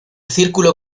círculo